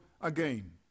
again